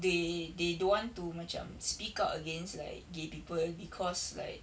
they they don't want to macam speak out against like gay people because like